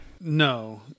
No